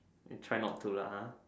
eh tried not to lah ha